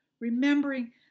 Remembering